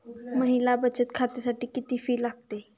महिला बचत खात्यासाठी किती फी लागते?